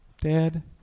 Dad